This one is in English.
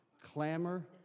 clamor